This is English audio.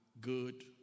good